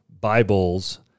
Bibles